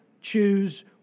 choose